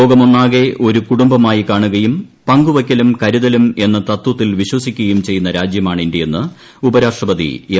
ലോകമൊന്നാകെ ഒരു കൂടുംബമായി കാണുകയും പങ്കുവയ്ക്കലും ന് കരുതലും എന്ന തൃത്വത്തിൽ വിശ്വസിക്കുകയും ചെയ്യുന്ന രാജ്യമാണ് ഇന്ത്യയെന്ന് ഉപരാഷ്ട്രപതി എം